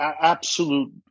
absolute